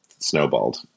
snowballed